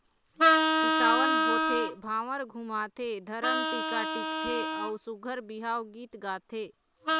टिकावन होथे, भांवर घुमाथे, धरम टीका टिकथे अउ सुग्घर बिहाव गीत गाथे